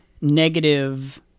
negative